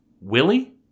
Willie